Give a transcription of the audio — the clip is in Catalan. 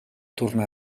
tornar